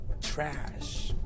Trash